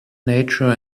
nature